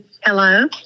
Hello